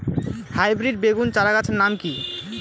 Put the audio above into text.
Hybrid বেগুন চারাগাছের নাম কি?